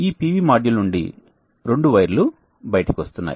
ఈ PV module నుండి రెండు వైర్లు బయటకు వస్తున్నాయి